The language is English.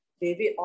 David